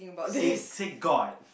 say say god